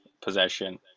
possession